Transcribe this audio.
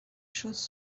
choses